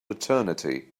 eternity